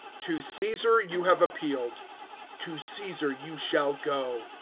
to caesar you have appealed to caesar you shall go.